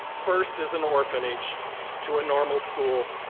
first as an orphanage to a normal school,